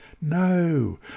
No